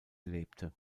lebte